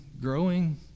growing